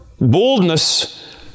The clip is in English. Boldness